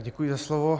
Děkuji za slovo.